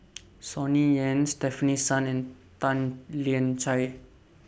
Sonny Yap Stefanie Sun and Tan Lian Chye